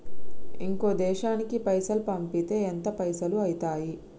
ఇంకో దేశానికి పైసల్ పంపితే ఎంత పైసలు అయితయి?